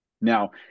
Now